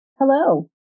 Hello